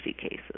cases